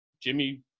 Jimmy –